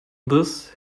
this